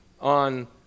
on